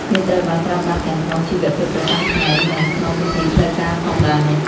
វាត្រូវបានប្រើប្រាស់ទាំងក្នុងជីវភាពប្រចាំថ្ងៃ និងក្នុងពិធីផ្លូវការផងដែរ។